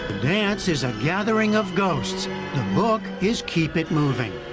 dance is a gathering of ghosts. the book is keep it moving.